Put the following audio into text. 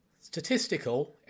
Statistical